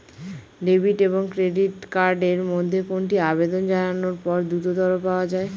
Debit এবং credit card এর মধ্যে কোনটি আবেদন জানানোর পর দ্রুততর পাওয়া য়ায়?